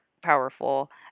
powerful